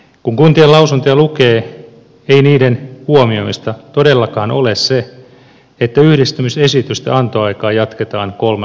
kun kuntien lausuntoja lukee ei niiden huomioimista todellakaan ole se että yhdistymisesitysten antoaikaa jatketaan kolmella kuukaudella